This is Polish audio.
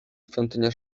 świątynię